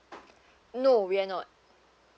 no we're not